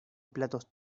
platos